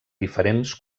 diferents